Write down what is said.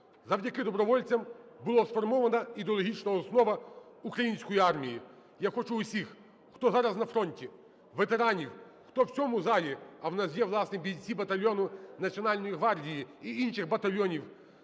Завдяки добровольцям була сформована ідеологічна основа української армії. Я хочу всіх, хто зараз на фронті, ветеранів, хто в цьому залі, а у нас є, власне, бійці батальйону Національної гвардії і інших батальйонів